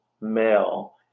male